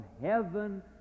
heaven